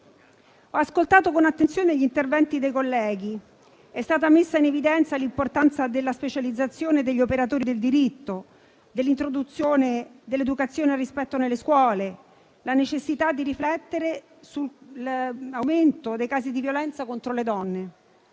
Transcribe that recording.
Ho ascoltato con attenzione gli interventi dei colleghi. È stata messa in evidenza l'importanza della specializzazione degli operatori del diritto, dell'introduzione dell'educazione al rispetto nelle scuole, la necessità di riflettere sull'aumento delle fasi di violenza contro le donne.